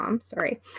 Sorry